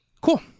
Cool